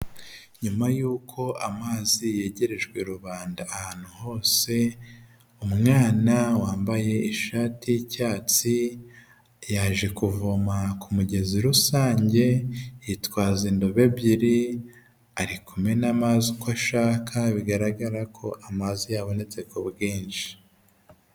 Nyuma yuko amazi yegerejwe rubanda ahantu hose, umwana wambaye ishati y'icyatsi yaje kuvoma ku mugezi rusange yitwaza inzobo ebyiri arikumena amazi uko ashaka bigaragara ko amazu yabonetse ku bwenshi.